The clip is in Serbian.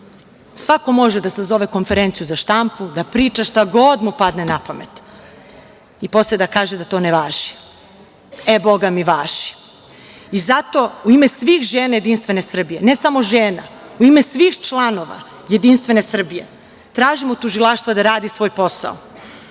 Svako može da sazove konferenciju za štampu, da priča šta god mu padne na pamet i posle da kaže da to ne važi. E, bogami važi. Zato, u ime svih žena JS, ne samo žena, u ime svih članova JS tražim od tužilaštva da radi svoj posao,